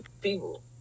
people